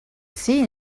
seen